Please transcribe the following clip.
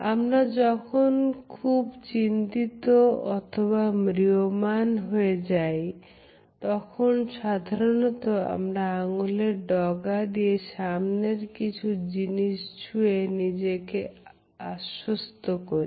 আমরা যখন খুব চিন্তিত অথবা ম্রিয়মান হয়ে যাই তখন সাধারণত আমরা আঙ্গুলের ডগা দিয়ে সামনের কিছু জিনিস ছুঁয়ে নিজেকে আশ্বস্ত করি